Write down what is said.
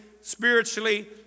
spiritually